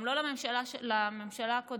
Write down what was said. גם לא לממשלה הקודמת.